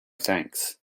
thanks